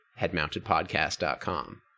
headmountedpodcast.com